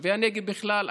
תושבי הנגב בכלל.